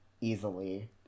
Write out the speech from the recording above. easily